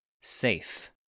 Safe